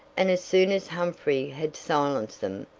and as soon as humphrey had silenced them,